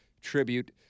tribute